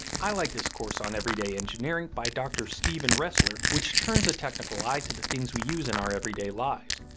i like this course on every day engineering by dr. stephen ressler which turns a technical eye to the things we use in our everyday lives.